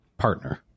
partner